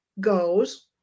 goes